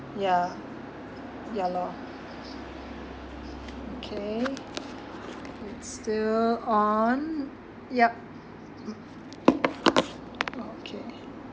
yeah ya lor okay it's still on yup okay